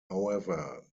however